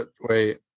Wait